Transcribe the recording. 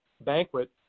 banquet